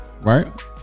right